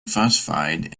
phosphide